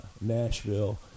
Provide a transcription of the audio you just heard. Nashville